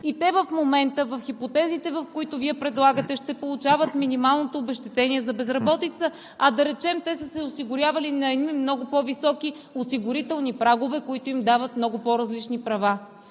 да работят. В хипотезите, в които Вие предлагате, ще получават минималното обезщетение за безработица, а да речем, те са се осигурявали на много по-високи осигурителни прагове, които им дават много по-различни права.